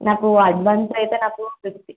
నాకు అడ్వాన్స్ అయితే నాకు ఫిఫ్టీ